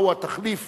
מהו התחליף